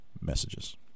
messages